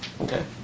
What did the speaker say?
Okay